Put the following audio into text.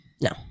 No